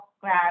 grab